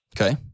Okay